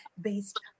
based